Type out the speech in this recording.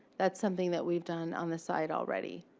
that's something that we've done on the side already.